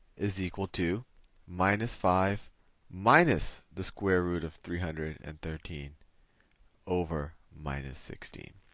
is equal to minus five minus the square root of three hundred and thirteen over minus sixteen.